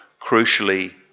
crucially